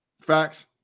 Facts